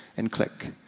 and click.